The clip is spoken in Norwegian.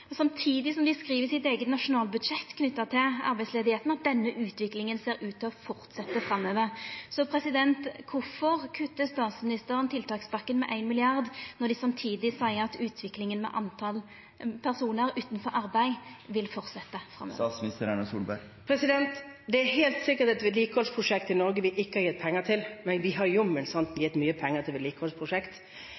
samtidig som dei skriv i sitt eige nasjonalbudsjett knytt til arbeidsløysa at denne utviklinga ser ut til å fortsetja framover. Kvifor kuttar statsministeren tiltakspakken med 1 mrd. kr, når dei samtidig seier at utviklinga med omsyn til talet på personar utan arbeid vil fortsetja framover? Det er helt sikkert et vedlikeholdsprosjekt i Norge vi ikke har gitt penger til, men vi har